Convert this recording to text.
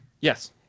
Yes